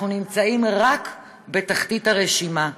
אנחנו רק בתחתית הרשימה.